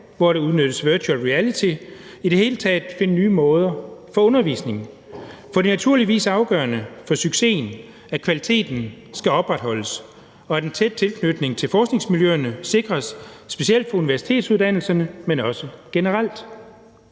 hvor der udnyttes virtual reality – i det hele taget finde nye rammer for undervisningen, for det er naturligvis afgørende for succesen, at kvaliteten bliver opretholdt, og at en tæt tilknytning til forskningsmiljøerne sikres specielt på universitetsuddannelserne, men også generelt.